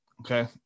okay